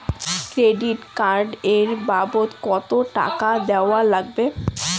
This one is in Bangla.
ক্রেডিট কার্ড এর বাবদ কতো টাকা দেওয়া লাগবে?